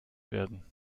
werden